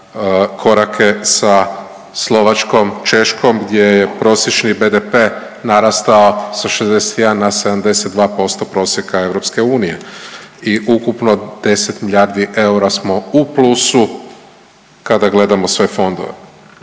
korake sa Slovačkom i Češkom, gdje je prosječni BDP narastao sa 61 na 72% prosjeka EU i ukupno 10 milijardi eura smo u plusu kada gledamo sve fondove.